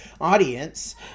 audience